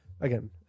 Again